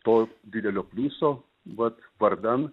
po didelio pliuso vat vardan